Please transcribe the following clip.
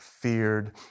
feared